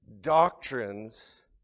doctrines